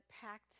packed